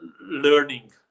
learning